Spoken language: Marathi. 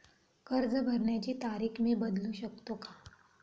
कर्ज भरण्याची तारीख मी बदलू शकतो का?